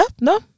no